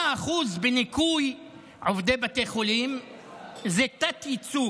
8% בניכוי עובדי בתי חולים זה תת-ייצוג,